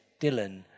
Dylan